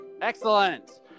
Excellent